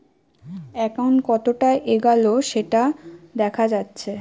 account কতোটা এগাল সেটা দেখা যাচ্ছে